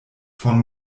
von